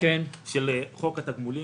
של חוק התגמולים,